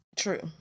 true